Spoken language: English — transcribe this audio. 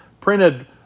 printed